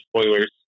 Spoilers